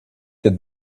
that